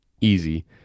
easy